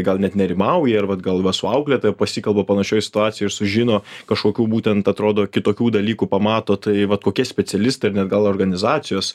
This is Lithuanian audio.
gal net nerimauja ar vat gal va su auklėtoja pasikalba panašioj situacijoj ir sužino kašokių būtent atrodo kitokių dalykų pamato tai vat kokia specialistai ar ne gal organizacijos